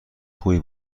خوبی